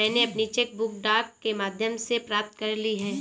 मैनें अपनी cheque book डाक के माध्यम से प्राप्त कर ली है